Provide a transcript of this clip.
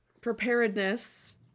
preparedness